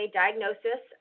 diagnosis